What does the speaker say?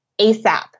ASAP